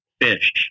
fish